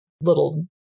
little